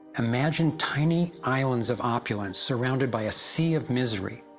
imagine tiny islands of opulence surrounded by a sea of misery,